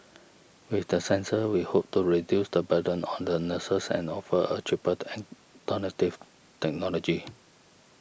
with the sensor we hope to reduce the burden on the nurses and offer a cheaper the alternative technology